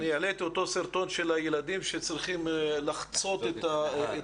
אני אעלה את אותו סרטון של הילדים שצריכים לחצות את הביצה,